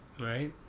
Right